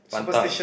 pantang